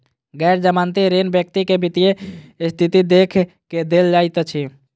गैर जमानती ऋण व्यक्ति के वित्तीय स्थिति देख के देल जाइत अछि